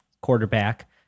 quarterback